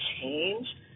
change